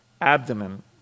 abdomen